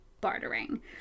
bartering